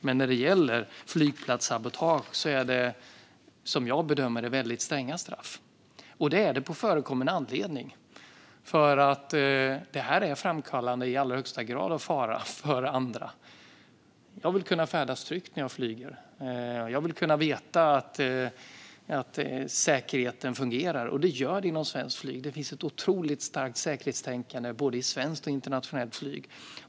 Men när det gäller flygplatssabotage är det, som jag bedömer det, väldigt stränga straff. Och det är det på förekommen anledning. Detta är i allra högsta grad framkallande av fara för andra. Jag vill kunna färdas tryggt när jag flyger. Jag vill kunna veta att säkerheten fungerar, och det gör den inom svenskt flyg. Det finns ett otroligt starkt säkerhetstänkande i både svenskt och internationellt flyg.